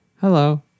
hello